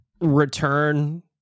return